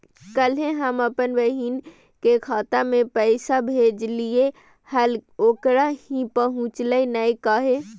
कल्हे हम अपन बहिन के खाता में पैसा भेजलिए हल, ओकरा ही पहुँचलई नई काहे?